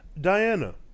Diana